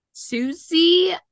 Susie